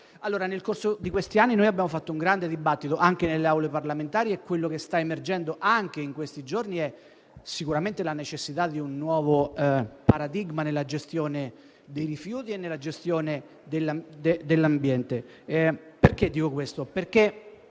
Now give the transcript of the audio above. Nel corso degli ultimi anni abbiamo fatto un grande dibattito anche nelle Aule parlamentari e ciò che sta emergendo anche in questi giorni è sicuramente la necessità di un nuovo paradigma nella gestione dei rifiuti e dell'ambiente. Dico questo perché